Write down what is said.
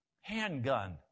handgun